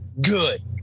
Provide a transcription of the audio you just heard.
good